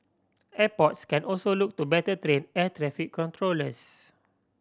airports can also look to better train air traffic controllers